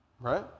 right